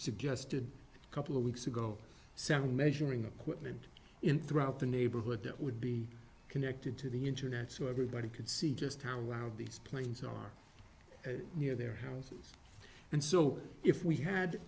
suggested a couple of weeks ago seven measuring equipment in throughout the neighborhood that would be connected to the internet so everybody could see just how loud these planes are near their houses and so if we had